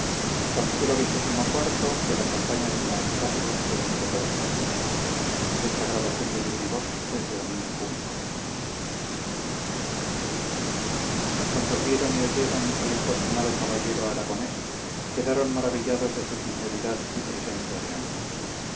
cuantos vieron y oyeron al infortunado caballero aragonés quedaron maravillados de su sinceridad y presencia de ánimo